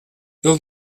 ele